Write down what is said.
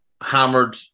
hammered